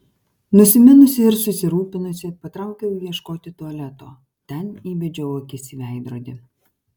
nusiminusi ir susirūpinusi patraukiau ieškoti tualeto ten įbedžiau akis į veidrodį